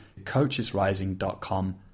coachesrising.com